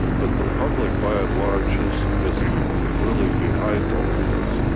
but the public by and large is is really behind all of this.